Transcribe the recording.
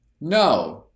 no